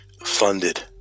funded